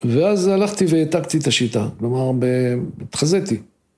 ואז הלכתי והעתקתי את השיטה. כלומר, ב... התחזיתי